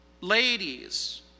ladies